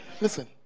listen